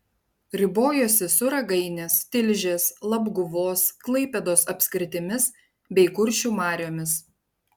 ribojosi su ragainės tilžės labguvos klaipėdos apskritimis bei kuršių mariomis